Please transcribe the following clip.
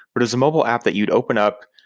but as a mobile app that you'd open up,